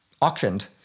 auctioned